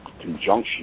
conjunction